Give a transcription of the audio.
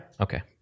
Okay